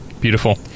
beautiful